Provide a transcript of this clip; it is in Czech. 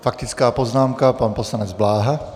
Faktická poznámka, pan poslanec Bláha.